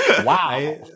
Wow